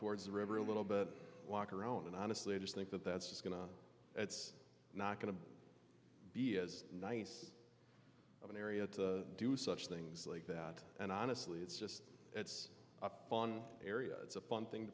towards the river a little bit walk or own and i honestly just think that that's just going to it's not going to be as nice of an area to do such things like that and honestly it's just it's a fun area it's a fun thing